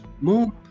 more